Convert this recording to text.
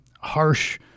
harsh